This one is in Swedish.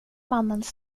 mannens